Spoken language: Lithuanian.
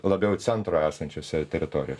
labiau centro esančiose teritorijo